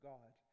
God